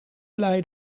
blij